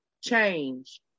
change